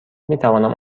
میتوانم